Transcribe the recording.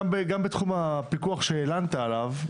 גם בתחום הפיקוח שהלנת עליו,